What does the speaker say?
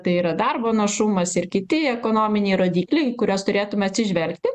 tai yra darbo našumas ir kiti ekonominiai rodikliai į kuriuos turėtume atsižvelgti